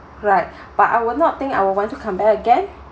right but I will not think I will want to come back again